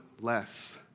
less